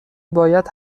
باید